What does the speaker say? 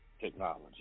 technology